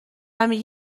میگی